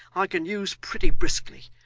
i can use pretty briskly.